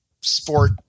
sport